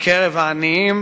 בקרב העניים,